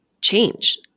change